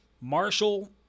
Marshall